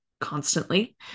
constantly